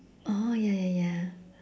oh ya ya ya